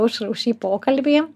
aušrai už šį pokalbį